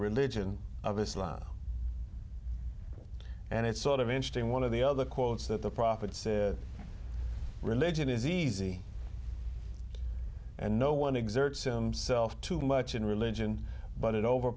religion of islam and it's sort of interesting one of the other quotes that the prophet said religion is easy and no one exerts him selfe too much in religion but it over